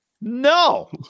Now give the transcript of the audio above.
No